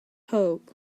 hope